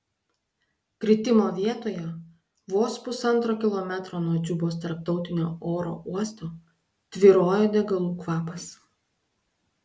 kritimo vietoje vos pusantro kilometro nuo džubos tarptautinio oro uosto tvyrojo degalų kvapas